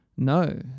No